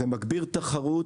זה מגביר תחרות,